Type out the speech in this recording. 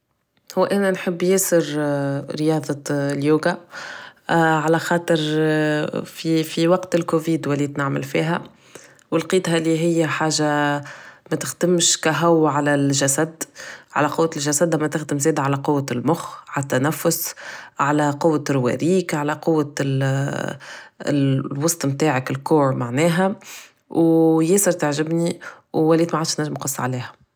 هو انا نحب ياسر رياضة اليوغا على خاطر في وقت الكوفيد وليت نعمل فيها و لقيتها هي حاجة متخدمش اكاهو على الحسد اما تخدم زادا على قوة المخ ع تنفس على قوة رواليك على قوة الوسط متاعك corps معناها و ياسر تعجبني و وليت معادش نجم نقص عليها